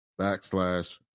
backslash